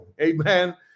Amen